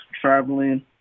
traveling